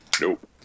nope